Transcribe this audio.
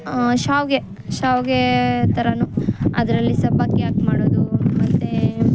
ಶಾವಿಗೆ ಶಾವಿಗೆ ಥರವೂ ಅದರಲ್ಲಿ ಸಬ್ಬಕ್ಕಿ ಹಾಕಿ ಮಾಡೋದು ಮತ್ತು